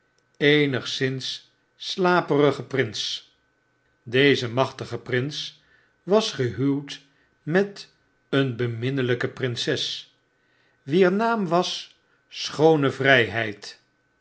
eenigszins slaperige prins deze machtige prins was gehuwd met een beminnelpe prinses wier naam was schoone vrpeid